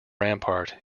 rampart